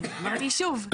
אני אמרתי שוב,